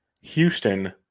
Houston